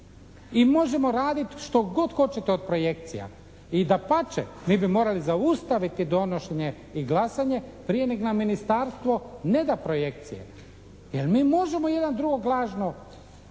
i možemo raditi što god hoćete od projekcija. I dapače, mi bi morali zaustaviti donošenje i glasanje prije nego nam ministarstvo ne da projekcije. Jer mi možemo jedan drugoga lažno